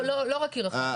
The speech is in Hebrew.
לא, לא רק עיר אחת.